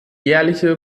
jährliche